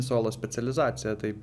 solo specializaciją taip